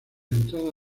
entrada